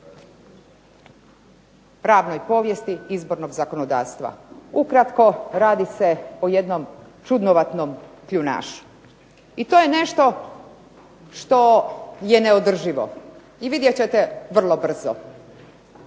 pravnoj povijesti izbornog zakonodavstva. Ukratko radi se o jednom čudnovatom kljunašu. I to je nešto što je neodrživo i vidjet ćete vrlo brzo.